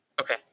Okay